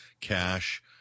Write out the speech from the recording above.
cash